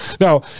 Now